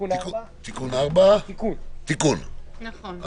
(תיקון מספר 4) (תיקון),